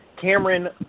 Cameron